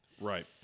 Right